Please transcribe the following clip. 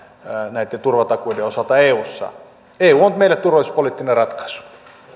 näitten turvatakuiden osalta eussa eu on meille turvallisuuspoliittinen ratkaisu